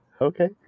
Okay